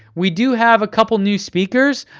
we do have a couple new speakers.